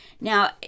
Now